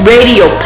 Radio